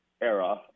era